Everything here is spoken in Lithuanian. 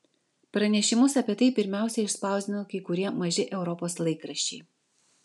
pranešimus apie tai pirmiausia išspausdino kai kurie maži europos laikraščiai